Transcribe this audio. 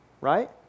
Right